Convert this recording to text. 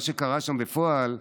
מה שקרה שם בפועל,